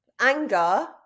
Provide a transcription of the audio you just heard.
Anger